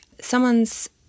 someone's